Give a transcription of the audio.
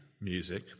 music